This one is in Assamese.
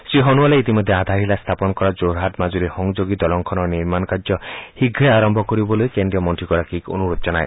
শ্ৰীসোণোৱালে ইতিমধ্যে আধাৰশিলা স্থাপন কৰা যোৰহাট আৰু মাজুলী সংযোগী দলংখনৰ নিৰ্মাণ কাৰ্য শীঘ্ৰে আৰম্ভ কৰিবলৈ কেন্দ্ৰীয় মন্ত্ৰীগৰাকীক অনুৰোধ জনায়